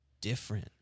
different